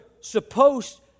supposed